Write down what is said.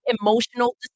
emotional